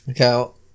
Okay